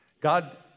God